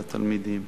לתלמידים.